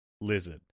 Lizard